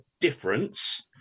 difference